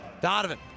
Donovan